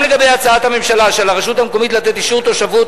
גם לגבי הצעת הממשלה שעל הרשות המקומית לתת אישור תושבות